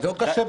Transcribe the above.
לא קשה בכלל.